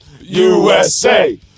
USA